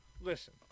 listen